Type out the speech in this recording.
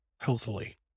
healthily